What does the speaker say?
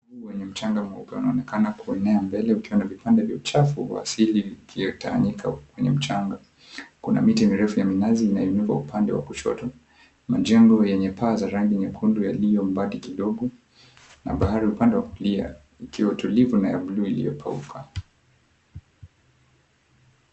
Ufuo wenye mchanga mweupe unaonekana kuona mbele ukiwa na vipande vya uchafu vya asili vikitawanyika kwenye mchanga kuna miti mirefu ya minazi inainuka upande wa kushoto, majengo yenye paa za rangi nyekundu yaliyo mbali kidogo na bahari upande wa kulia ikiwa tulivu na ya bluu iliyokauka.